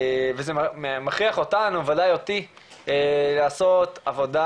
וזה מכריח אותנו וודאי אותי לעשות עבודה